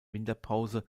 winterpause